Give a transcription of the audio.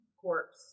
corpse